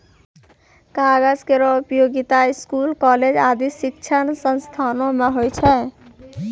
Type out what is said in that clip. कागज केरो उपयोगिता स्कूल, कॉलेज आदि शिक्षण संस्थानों म होय छै